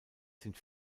sind